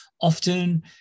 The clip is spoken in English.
Often